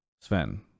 Sven